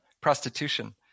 prostitution